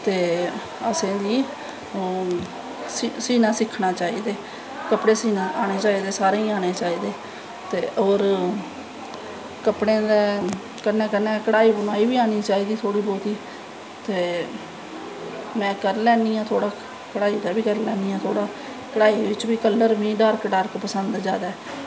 ते असेंगी सीनां सिक्खनां चाही दे कपड़े सीनां ऐआनें चाही दे सारें गी आनें चाही दे ते होर कपड़ें दे कन्नैं कन्नैं कढ़ाई बुनाई बी आनी चाही दी थोह्ड़ी बौह्त ते में करी लैन्नी आं कढ़ाई दी बी करी लैन्नी आं थोह्ड़ा कढ़ाई बिच्च बी कल्लर डार्क डार्क पसंद मीं जादा